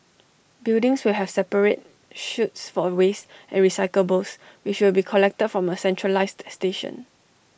buildings will have separate chutes for waste and recyclables which will be collected from A centralised station